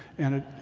and at